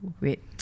Wait